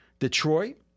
Detroit